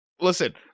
Listen